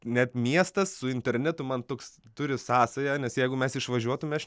net miestas su internetu man toks turi sąsają nes jeigu mes išvažiuotume aš